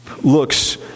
looks